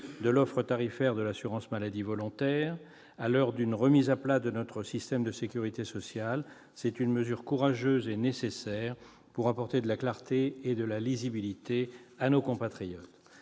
de l'offre tarifaire de l'assurance maladie volontaire. À l'heure d'une remise à plat de notre système de sécurité sociale, c'est une mesure courageuse et nécessaire pour apporter de la clarté et de la lisibilité à nos compatriotes.